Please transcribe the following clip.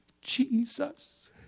Jesus